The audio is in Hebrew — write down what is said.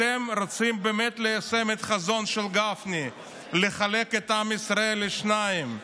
אתם רוצים באמת ליישם את החזון של גפני לחלק את עם ישראל לשניים,